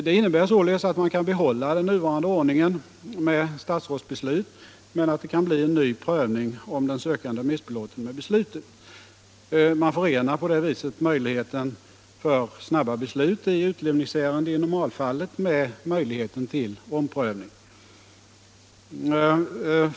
Det innebär således att man kan behålla den nuvarande ordningen med statsrådsbeslut men att det kan bli en ny prövning om den sökande är missbelåten med beslutet. Man förenar på det sättet i normalfallet möjligheten till snabba beslut i utlämningsärenden med möjligheten till omprövning.